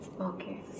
Okay